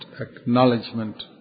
acknowledgement